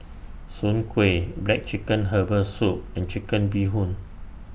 Soon Kway Black Chicken Herbal Soup and Chicken Bee Hoon